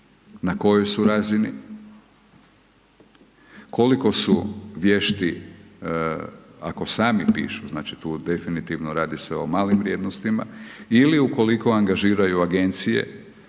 na kojoj su razini, koliko su vješti ako sami pišu, znači tu definitivno radi se o malim vrijednostima ili ukoliko angažiraju agencije,